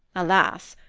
alas!